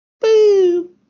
boo